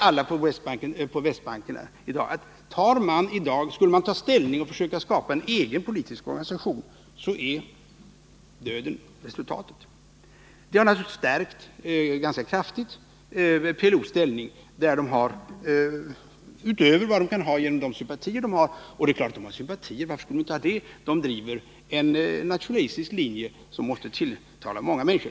Alla på Västbanken vet att skulle man i dag ta ställning och försöka skapa en egen politisk organisation, så skulle det resultera i döden. Detta har naturligtvis ganska kraftigt stärkt PLO:s ställning, utöver att den förstärkts genom de sympatier den har. Och givetvis har den sympatier. Varför skulle den inte ha det, när den driver en nationalistisk linje som måste tilltala många människor?